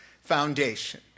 foundation